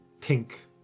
pink